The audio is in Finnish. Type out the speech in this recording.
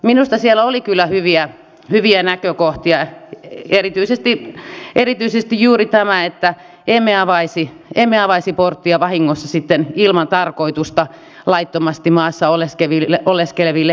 minusta siellä oli kyllä hyviä näkökohtia erityisesti juuri tämä että emme avaisi porttia vahingossa sitten ilman tarkoitusta laittomasti maassa oleskeleville henkilöille